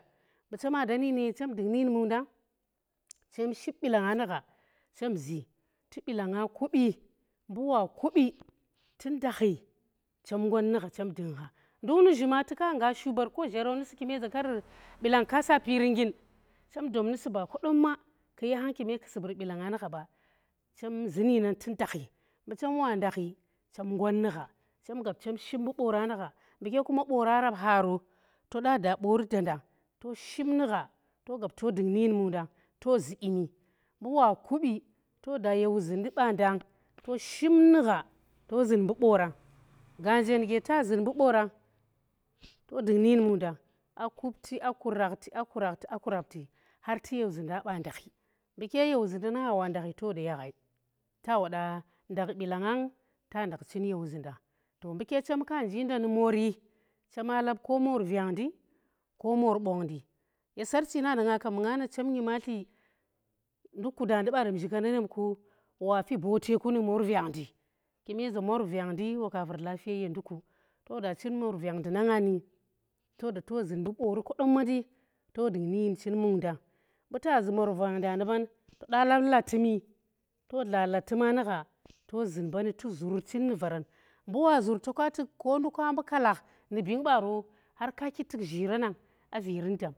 . Mbu chena den yi ne chem dung nu yie mung ndang chen ship bilanga nu gha chem zi, tu bilanga kubi, mbu wa kubi tu ndalchi chem ngot nu gha chem dung gha- Nduka nu zhu me fulka nga shuber zhava nu si kune si me za ker ɓi len ka sa pi ri nga chem dop nu si ba kadomma ku yi hem kino len subur bilanga nu ghao, chem zun yi ne tu ndalchi mbu chem wa ode khi chem ngot nu gha chen gop chen ship mbu boora nu gha mbule boora rapho ro to da boori danda to ship nu gha to gwa to dung nu yin mungad to zi- dyin mbu wa kubi to da ye wuzi ndi banda to ship nu gha to zun mbu boora, gaanje nge te zun mbu boora bodung nu yi mungada kupti a kwa raki o kwarakti, o kwarakti, o kwarakti khar tu ye wuzinda banda khi mbu ke ye wuzinda wa ndahi to ola ye ghai Ha wade ndakh bilangang ta ndoch Cher ye wuzindang to mbuke Chemke nji ndanu moori Cheme lap ko mor vyangndi ko mor bongndi, ye sarchu nandanga Kem nga ne chom ngimatli Induk kudandi Sarem zhikanerom ky wakuna fellyule bote kung mor vyang Indi, kune za nor vyangadiuwaks var yenduku. To da chín mor vyangndi na nga to da to zunmby Goori kodomna ndi to da to dung ny yin mungnda imbu ta za mor vyang nda ny mban to da lap latymito dla latuna ny gha to 7'un mbani tuy Zuri Chủ ny varan, mbu wa zur toks tuk konduka may kalak iny bing ba roka kituk zhirana a varyn dam